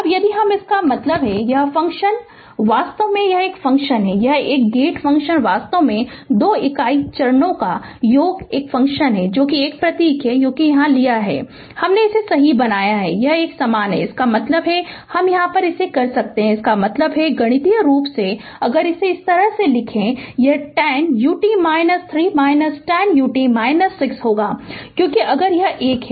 अब यदि हम इसका मतलब है यह फ़ंक्शन वास्तव में यह फ़ंक्शन है यह गेट फ़ंक्शन वास्तव में 2 इकाई चरणों का योग एक फ़ंक्शन है जो कि यह एक प्रतीक है यहाँ है हमने इसे सही बनाया है यह एक समान है इसका मतलब है यह कर सकता है इसका मतलब है गणितीय रूप से अगर इस तरह लिखें यह 10 ut 3 10 ut 6 होगा क्योंकि अगर यह एक है